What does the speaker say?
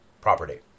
property